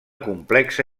complexa